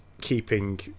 keeping